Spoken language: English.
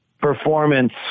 performance